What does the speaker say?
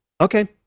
Okay